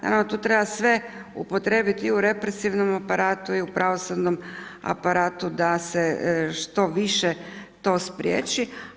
Nama tu treba sve upotrijebiti i u represivnom aparatu i u pravosudnom aparatu da se što više to spriječi.